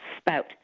spout